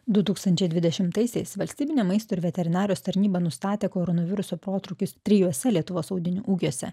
du tūkstančiai dvidešimtaisiais valstybinė maisto ir veterinarijos tarnyba nustatė koronaviruso protrūkius trijuose lietuvos audinių ūkiuose